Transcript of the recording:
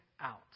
out